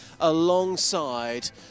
alongside